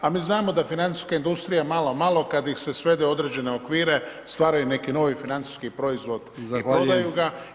A mi znamo da financijska industrija malo, malo kad ih se svede u određene okvire stvaraju neki novi financijski proizvod i prodaju ga.